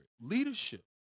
leadership